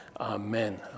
Amen